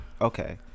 okay